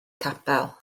capel